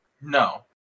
No